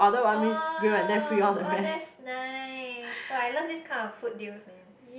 oh oh that's nice oh I love this kind of food deals man